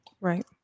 Right